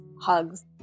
hugs